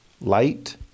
light